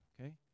okay